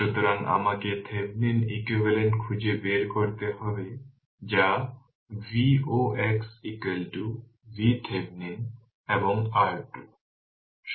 সুতরাং আমাকে Thevenin equivalent খুঁজে বের করতে হবে যা Voc VThevenin এবং R2